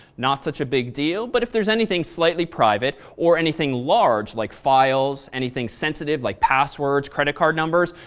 not such a big deal but if there's anything slightly private or anything large like files, anything sensitive like passwords, credit card numbers,